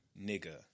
Nigga